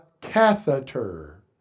catheter